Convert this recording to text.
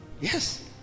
Yes